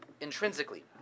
intrinsically